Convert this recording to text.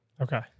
Okay